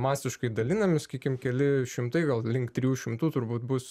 masiškai dalinami sakykim keli šimtai gal link trijų šimtų turbūt bus